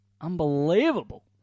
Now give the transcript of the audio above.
Unbelievable